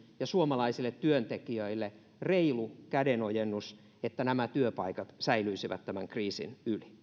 ja suomalaisille työntekijöille reilu kädenojennus että työpaikat säilyisivät tämän kriisin yli